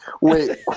Wait